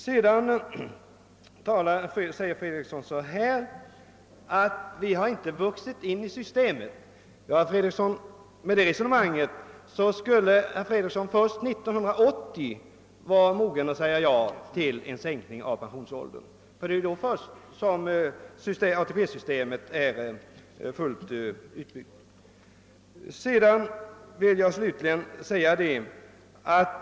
Herr Fredriksson säger också att vi ännu inte har vuxit in i ATP-systemet. Med det resonemanget skulle herr Fredriksson först år 1980 vara mogen för att säga ja till en sänkning av pensionsåldern — det är först då som ATP-systemet är fullt utbyggt.